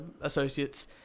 Associates